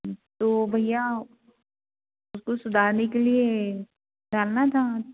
तो भैया उसको सुधारने के लिए डालना था